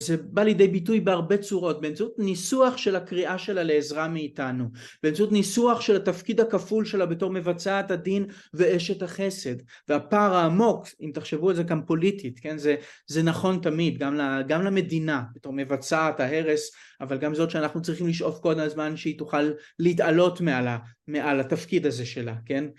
זה בא לידי ביטוי בהרבה צורות באמצעות ניסוח של הקריאה שלה לעזרה מאיתנו, באמצעות ניסוח של התפקיד הכפול שלה בתור מבצעת הדין ואשת החסד והפער העמוק אם תחשבו על זה גם פוליטית כן זה נכון תמיד גם למדינה בתור מבצעת ההרס אבל גם זאת שאנחנו צריכים לשאוף כל הזמן שהיא תוכל להתעלות מעל התפקיד הזה שלה כן